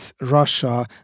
Russia